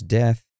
death